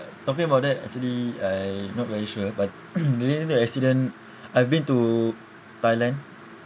talking about that actually I not very sure but during the accident I've been to Thailand